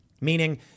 meaning